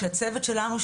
שהצוות שלנו,